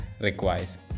requires